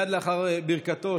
תומכת,